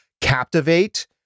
Captivate